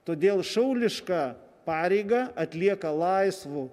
todėl šaulišką pareigą atlieka laisvu